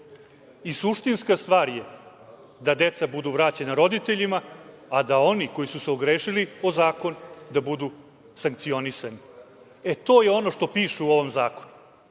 činjenica. Suštinska stvar je da deca budu vraćena roditeljima, a da oni koji su se ogrešili o zakon da budu sankcionisani. E, to je ono što piše u ovom zakonu.